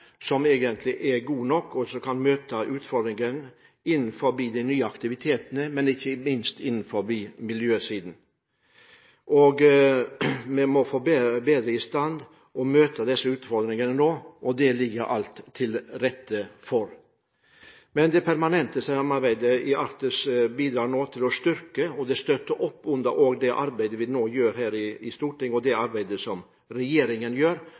som er god nok, og som kan møte utfordringer innenfor nye aktivitetsformer, særlig på miljøsiden. Vi må få dette bedre i stand slik at vi kan møte utfordringene, og det ligger alt til rette for. Det permanente samarbeidet i Arktis bidrar til å styrke og støtte opp om det arbeidet Stortinget gjør, og det arbeidet regjeringen gjør,